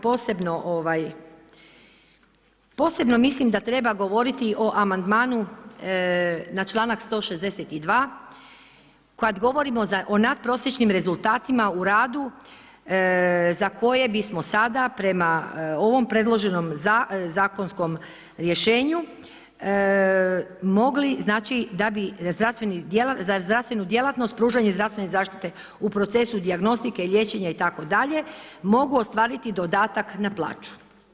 Posebno mislim da treba govoriti o amandmanu na članak 162. kad govorimo o nadprosječnim rezultatima u radu za koje bismo sada prema ovom predloženom zakonskom rješenju mogli znači da bi za zdravstvenu djelatnost pružanje zdravstvene zaštite u procesu dijagnostike, liječenja itd. mogu ostvariti dodatak na plaću.